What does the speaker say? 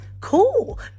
cool